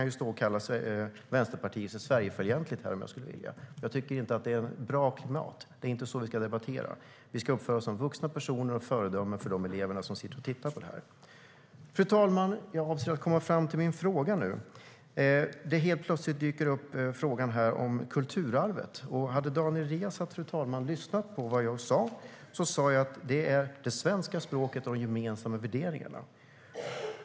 Jag kan stå och kalla Vänsterpartiet Sverigefientligt om jag skulle vilja. Men jag tycker inte att det är ett bra klimat. Det är inte så vi ska debattera. Vi ska uppföra oss som vuxna personer och föredömen för de elever som sitter och tittar på oss. Fru talman! Jag avser att komma fram till min fråga. Helt plötsligt dyker frågan om kulturarvet upp. Hade Daniel Riazat, fru talman, lyssnat på mig hade han hört att jag sa att det gäller det svenska språket och de gemensamma värderingarna.